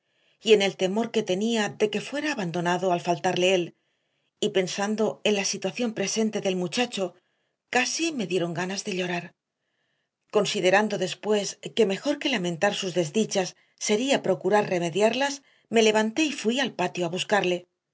y en el temor que tenía de que fuera abandonado al faltarle él y pensando en la situación presente del muchacho casi me dieron ganas de llorar considerando después que mejor que lamentar sus desdichas sería procurar remediarlas me levanté y fui al patio a buscarle